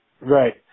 Right